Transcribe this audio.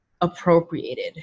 appropriated